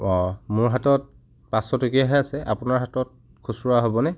মোৰ হাতত পাঁচশ টকীয়াহে আছে আপোনাৰ হাতত খুচুৰা হ'বনে